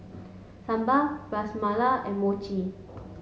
Sambar Ras Malai and Mochi